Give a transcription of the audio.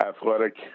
athletic